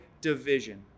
division